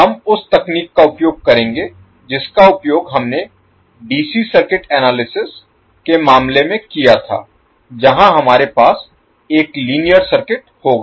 हम उसी तकनीक का उपयोग करेंगे जिसका उपयोग हमने डीसी सर्किट एनालिसिस के मामले में किया था जहां हमारे पास एक लीनियर सर्किट होगा